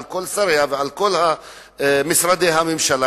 על כל שריה ועל כל משרדי הממשלה,